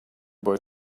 boy